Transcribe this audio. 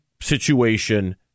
situation